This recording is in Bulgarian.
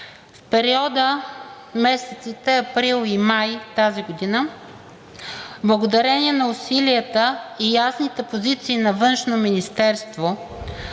В периода месеците април и май тази година, благодарение на усилията и ясните позиции на Външно министерство,